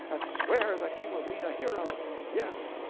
and swear that he will be a hero yes,